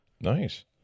nice